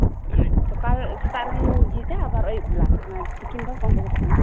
ᱢᱟᱱᱮ ᱥᱚᱠᱟᱞ ᱥᱮᱛᱟᱜ ᱨᱮᱧ ᱡᱷᱤᱡᱟ ᱟᱵᱟᱨ ᱟᱹᱭᱩᱵ ᱵᱮᱞᱟ ᱢᱟᱱᱮ ᱛᱤᱠᱤᱱ ᱫᱚ ᱵᱚᱱᱫᱚ ᱜᱮ ᱛᱟᱦᱮᱱᱟ